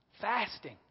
fasting